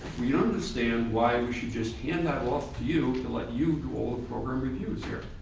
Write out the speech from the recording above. we don't understand why we should just hand that off to you to let you do all the program reviews here.